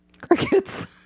crickets